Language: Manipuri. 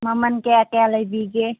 ꯃꯃꯜ ꯀꯌꯥ ꯀꯌꯥ ꯂꯩꯕꯤꯒꯦ